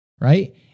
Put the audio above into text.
right